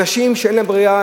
אנשים שאין להם ברירה,